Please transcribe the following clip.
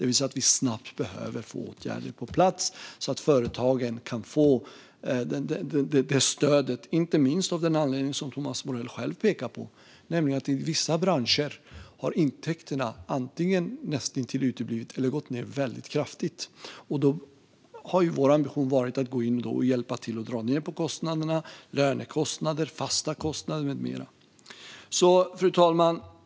Vi behöver snabbt få åtgärder på plats så att företagen kan få ett stöd. Det gäller inte minst av den anledning som Thomas Morell själv pekar på, nämligen att intäkterna i vissa branscher antingen har näst intill uteblivit eller gått ned väldigt kraftigt. Vår ambition har varit att gå in och hjälpa till för att dra ned på kostnaderna såsom lönekostnader och fasta kostnader. Fru talman!